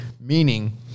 meaning